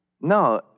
No